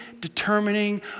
determining